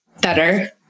better